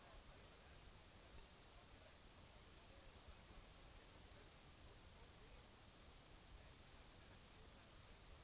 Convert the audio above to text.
Jag finner det egendomligt att utskottsmajoriteten tar så lätt på denna allvarliga fråga. Jag yrkar, herr talman, bifall till reservationen 2.